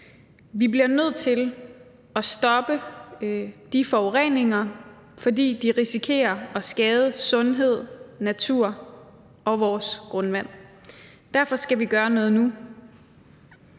Vi bliver nødt til at stoppe de forureninger, fordi de risikerer at skade sundhed, natur og vores grundvand. Derfor skal vi gøre noget nu.